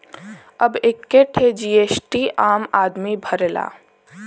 अब एक्के ठे जी.एस.टी आम आदमी भरला